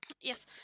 Yes